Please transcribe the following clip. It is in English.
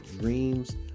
dreams